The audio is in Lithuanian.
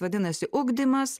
vadinasi ugdymas